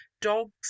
dogs